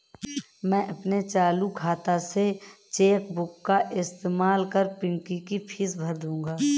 मैं अपने चालू खाता से चेक बुक का इस्तेमाल कर पिंकी की फीस भर दूंगा